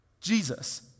Jesus